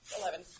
Eleven